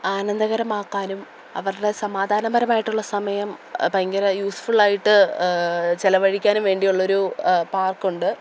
ആനന്ദകരമാക്കാനും അവരുടെ സമാധാനപരമായിട്ടുള്ള സമയം ഭയങ്കര യൂസ്ഫുൾ ആയിട്ട് ചിലവഴിക്കാനും വേണ്ടിയുള്ള ഒരു പാർക്ക് ഉണ്ട്